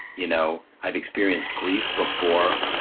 you know, i've experienced grief before.